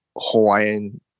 Hawaiian